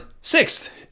sixth